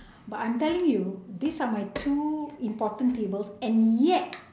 but I am telling you these are my two important tables and yet